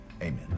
Amen